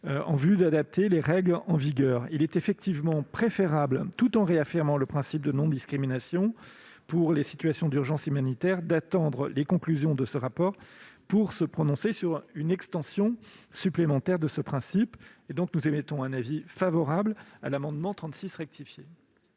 en vue d'adapter les règles en vigueur. Il est effectivement préférable, tout en réaffirmant le principe de non-discrimination pour les situations d'urgence humanitaire, d'attendre les conclusions de ce rapport pour se prononcer sur une extension supplémentaire de ce principe. Pour toutes ces raisons, la commission émet un avis favorable sur l'amendement n° 36 rectifié.